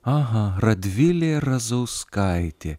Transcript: aha radvilė razauskaitė